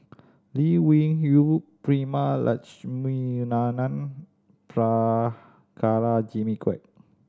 Lee Wung Yew Prema Letchumanan Prabhakara Jimmy Quek